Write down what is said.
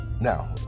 Now